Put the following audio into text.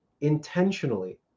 intentionally